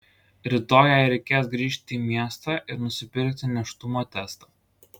rytoj jai reikės grįžti į miestą ir nusipirkti nėštumo testą